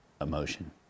emotion